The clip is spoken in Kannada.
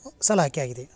ಸಲಾಕೆಯಾಗಿದೆ